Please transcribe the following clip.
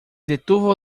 detuvo